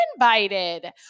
invited